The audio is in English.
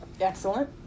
Excellent